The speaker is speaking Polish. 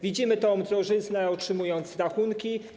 Widzimy tę drożyznę, otrzymując rachunki.